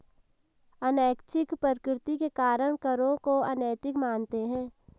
अनैच्छिक प्रकृति के कारण करों को अनैतिक मानते हैं